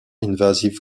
invasive